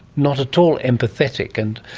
not at all empathetic. and